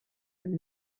and